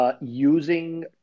using